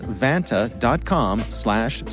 vanta.com/slash